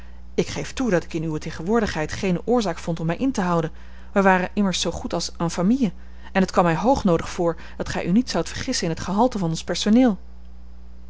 ik geef toe dat ik in uwe tegenwoordigheid geene oorzaak vond om mij in te houden wij waren immers zoo goed als en famille en het kwam mij hoog noodig voor dat gij u niet zoudt vergissen in het gehalte van ons personeel